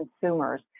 consumers